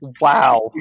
Wow